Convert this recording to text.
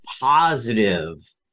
positive